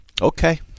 okay